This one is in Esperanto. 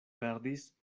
perdis